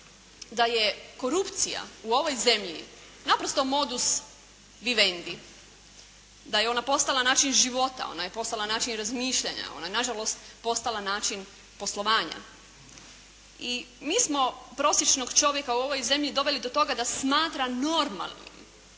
da je korupcija u ovoj zemlji naprosto modus vivendi. Da je ona postala način života, ona je postala način razmišljanja, ona je nažalost postala način poslovanja i mi smo prosječnog čovjeka u ovoj zemlji doveli do toga da smatra normalnim,